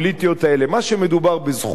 מה שמדובר בזכויות הפרט,